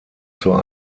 zur